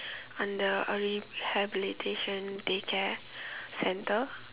under rehabilitation day care centre